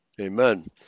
Amen